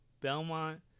Belmont